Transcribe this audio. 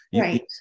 Right